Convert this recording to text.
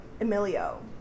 Emilio